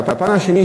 הפן השני,